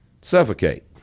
Suffocate